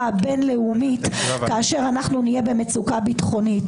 הבין-לאומית כאשר אנחנו נהיה במצוקה ביטחונית,